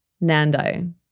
Nando